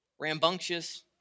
rambunctious